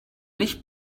nicht